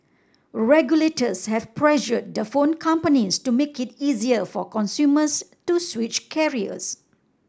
regulators have pressured the phone companies to make it easier for consumers to switch carriers